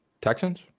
Texans